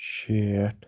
شیٹھ